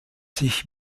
sich